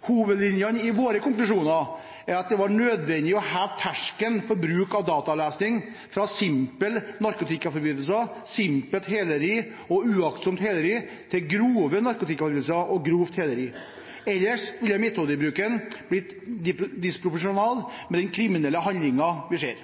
Hovedlinjene i våre konklusjoner er at det var nødvendig å heve terskelen for bruk av dataavlesning fra simpel narkotikaforbrytelse, simpelt heleri og uaktsomt heleri til grove narkotikaforbrytelser og grovt heleri. Ellers ville metodebruken blitt disproporsjonal med den kriminelle handlingen.